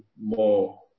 more